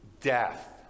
death